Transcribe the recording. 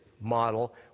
model